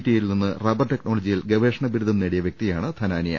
T യിൽനിന്ന് rubber ടെക്നോളജിയിൽ ഗവേഷണ ബിരുദം നേടിയ വ്യക്തിയാണ് ധനാനിയ